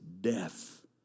death